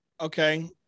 Okay